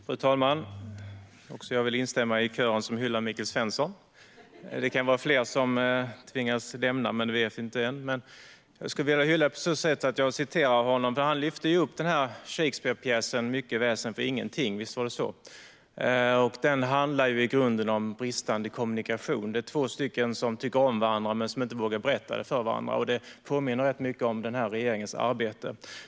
Fru talman! Också jag vill instämma i kören som hyllar Michael Svensson. Det kan vara fler som tvingas lämna riksdagen, men det vet vi inte än. Jag vill gärna återge vad Michael Svensson sa. Han lyfte upp Shakespearepjäsen Mycket väsen för ingenting . Pjäsen handlar i grunden om bristande kommunikation. Två personer tycker om varandra men vågar inte berätta det för varandra. Det påminner rätt mycket om den här regeringens arbete.